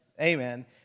Amen